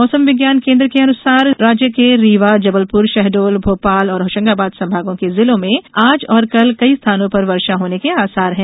मौसम विज्ञान केन्द्र भोपाल के अनुसार राज्य के रीवा जबलपुर शहडोल भोपाल और होशंगाबाद संभागों के जिलों में आज और कल कई स्थानों पर वर्षा होने के आसार हैं